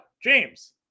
James